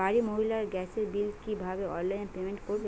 বাড়ির মহিলারা গ্যাসের বিল কি ভাবে অনলাইন পেমেন্ট করবে?